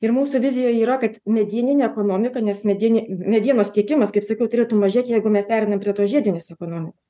ir mūsų vizija yra kad medieninę ekonomiką nes medien medienos tiekimas kaip sakiau turėtų mažėti jeigu mes pereinam prie tos žiedinės ekonomikos